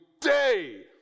day